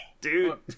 dude